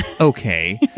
Okay